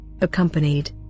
accompanied